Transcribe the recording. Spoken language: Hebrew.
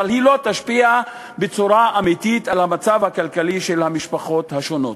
אבל היא לא תשפיע בצורה אמיתית על המצב הכלכלי של המשפחות השונות.